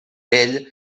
ell